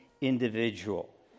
individual